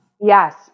Yes